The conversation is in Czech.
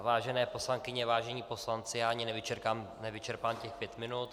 Vážené poslankyně, vážení poslanci, já ani nevyčerpám těch pět minut.